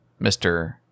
Mr